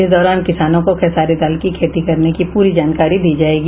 इस दौरान किसानों को खेसारी दाल की खेती करने की पूरी जानकारी दी जायेगी